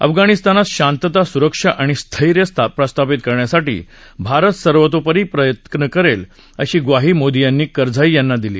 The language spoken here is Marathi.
अफगाणिस्तानात शांतता सुरक्षा आणि स्थैर्य प्रस्थापित करण्यासाठी भारत सर्वतोपरी मदत करेल अशी ग्वाही मोदी यांनी करझाई यांना यावेळी दिली